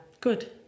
Good